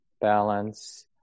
balance